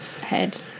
head